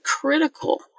critical